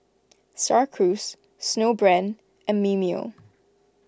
Star Cruise Snowbrand and Mimeo